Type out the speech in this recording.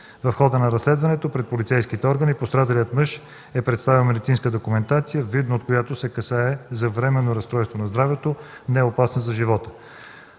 В хода на разследването пред полицейските органи пострадалият мъж е представил медицинска документация, видно от която се касае за временно разстройство на здравето, неопасно за живота.